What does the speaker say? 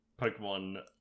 Pokemon